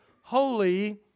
holy